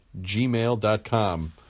gmail.com